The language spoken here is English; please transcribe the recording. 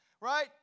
right